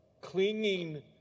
clinging